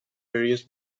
various